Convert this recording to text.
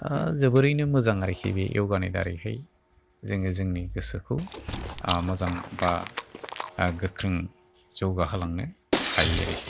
जोबोरैनो मोजां आरखि बे य'गानि दारैहाय जोङो जोंनि गोसोखौ मोजां बा गोख्रों जौगाहोलांनो हायो आरखि